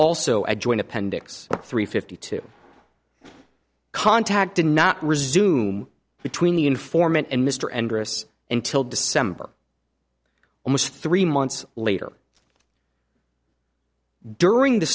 also a joint appendix three fifty two contact did not resume between the informant and mr andrus until december almost three months later during the